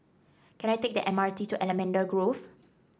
can I take the M R T to Allamanda Grove